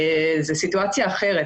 זו סיטואציה אחרת